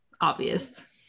obvious